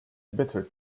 bitter